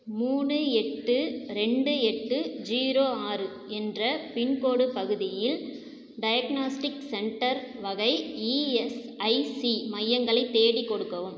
மூணு எட்டு ரெண்டு எட்டு ஜீரோ ஆறு என்ற பின்கோடு பகுதியில் டயக்னாஸ்டிக்ஸ் சென்டர் வகை இஎஸ்ஐசி மையங்களைத் தேடிக் கொடுக்கவும்